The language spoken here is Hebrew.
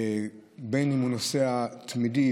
בין אם הוא נוסע תמידי,